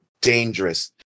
dangerous